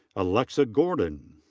alexa gordon.